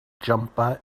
jumper